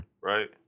Right